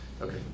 okay